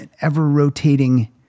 ever-rotating